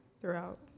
throughout